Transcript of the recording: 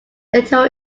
little